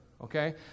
Okay